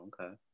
Okay